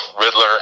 Riddler